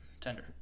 tender